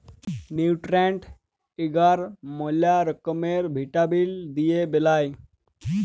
nutrient এগার ম্যালা রকমের ভিটামিল দিয়ে বেলায়